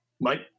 Mike